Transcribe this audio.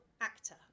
actor